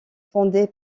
fondé